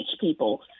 people